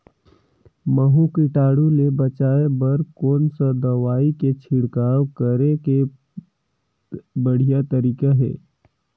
महू कीटाणु ले बचाय बर कोन सा दवाई के छिड़काव करे के बढ़िया तरीका हे?